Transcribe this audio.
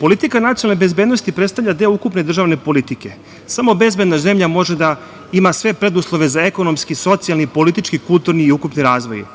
politika nacionalne bezbednosti predstavlja deo ukupne državne politike, samo bezbedna zemlja može da ima sve preduslove za ekonomski i socijalni i politički i kulturni i ukupni